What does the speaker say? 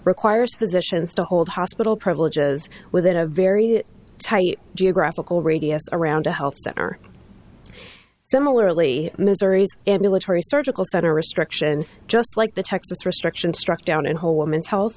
requires physicians to hold hospital privileges within a very tight geographical radius around a health center similarly misery's ambulatory surgical center restriction just like the texas restrictions struck down in whole woman's health